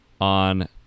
on